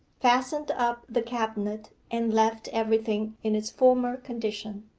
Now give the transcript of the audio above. fastened up the cabinet, and left everything in its former condition.